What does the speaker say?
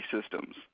systems